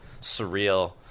surreal